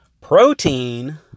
Protein